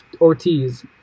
Ortiz